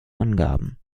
angaben